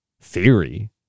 theory